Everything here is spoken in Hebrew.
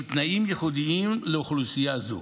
עם תנאים ייחודיים לאוכלוסייה זו.